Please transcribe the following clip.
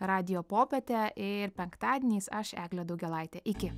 radijo popietė ir penktadieniais aš eglė daugėlaitė iki